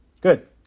good